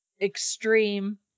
extreme